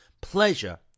pleasure